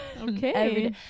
Okay